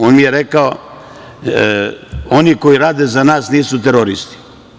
On mi je rekao – oni koji rade za nas nisu teroristi.